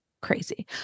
crazy